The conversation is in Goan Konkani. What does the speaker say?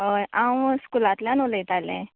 हय हांव स्कुलांतल्यान उलयतालें